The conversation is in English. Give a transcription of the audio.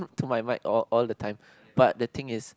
to my mic all all the time